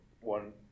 one